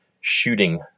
shooting